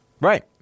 Right